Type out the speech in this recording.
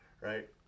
right